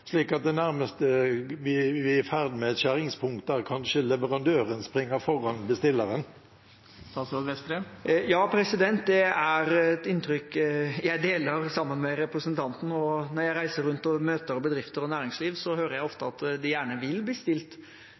slik at vi nærmest er i ferd med å få et skjæringspunkt der kanskje leverandøren springer foran bestilleren? Ja, det er et inntrykk jeg deler med representanten. Når jeg reiser rundt og møter bedrifter og næringsliv, hører jeg ofte at de gjerne vil bli stilt